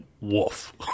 Wolf